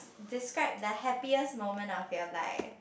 describe the happiest moment of your life